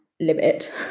limit